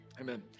Amen